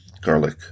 garlic